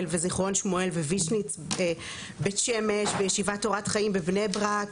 וזיכרון שמואל וויזניץ' בית שמש וישיבת תורת חיים בבני ברק